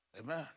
Amen